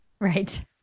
Right